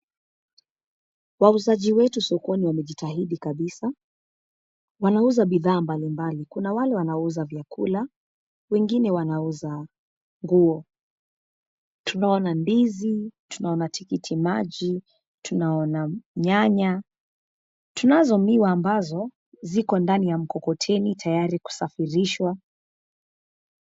Wauzaji wetu sokoni wamejitahidi kabisa. Wanauza bidhaa mbalimbali. Kuna wale wanauza vyakula, wengine wanauza nguo. Tunaona ndizi, tunaona tikitimaji, tunaona nyanya, tunazo miwa ambazo ziko ndani ya mkokoteni tayari kusafirishwa.